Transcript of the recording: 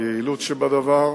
היעילות שבדבר.